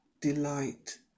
delight